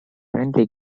friendly